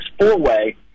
four-way